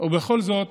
ובכל זאת